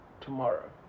tomorrow